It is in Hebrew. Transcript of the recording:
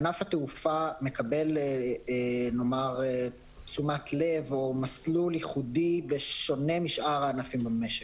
ענף התעופה מקבל תשומת לב או מסלול ייחודי בשונה משאר הענפים במשק.